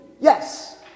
Yes